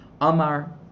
Amar